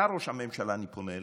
אתה, ראש הממשלה, אני פונה אליך,